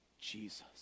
Jesus